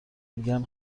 میگن